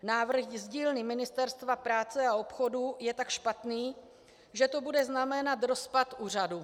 Návrh z dílny Ministerstva práce a obchodu je tak špatný, že to bude znamenat rozpad úřadu.